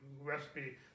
recipe